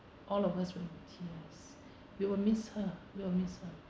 all of us were in tears we will miss her we'll miss her